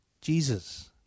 Jesus